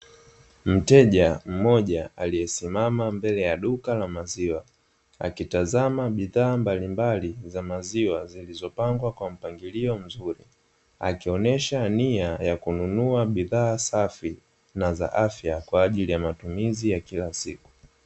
Mteja mmoja aliyesimama mbele ya duka la maziwa, akitazama bidhaa mbalimbali za maziwa zilizopangwa kwa mpangilio mzuri, akionesha nia ya kununua bidhaa safi na za afya, kwa ajili ya matumizi ya kila siku.